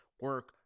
Work